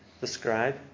describe